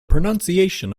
pronunciation